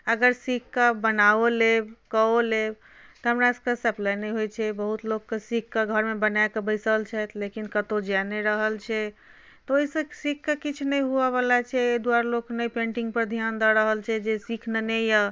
अगर सिखकऽ बनाओ लेब कऽओ लेब तऽ हमरा सभके सप्लाइ नहि होइ छै बहुत लोकके सिखकऽ बनाकऽ घरमे बैसल छथि लेकिन कतौ जाइ नहि रहल छै तऽ ओहिसँ सिखकऽ किछ नहि होवै बला छै एहि दुआरे लोक नहि पैन्टिंग पर ध्यान दऽ रहल छै जे सिख नेने अछि